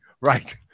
Right